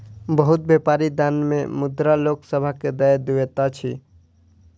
बहुत व्यापारी दान मे मुद्रा लोक सभ के दय दैत अछि